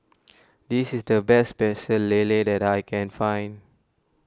this is the best Pecel Lele that I can find